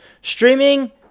streaming